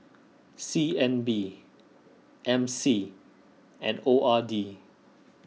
C N B M C and O R D